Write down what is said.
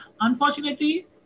unfortunately